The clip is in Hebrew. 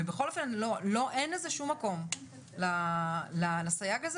ובכל אופן אין לזה שום מקום לסייג הזה